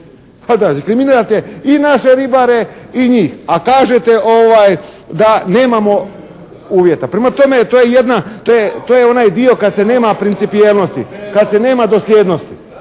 A da, diskriminirate i naše ribare i njih, a kažete da nemamo uvjeta. Prema tome, to je jedna, to je onaj dio kad se nema principijelnosti, kad se nema dosljednosti.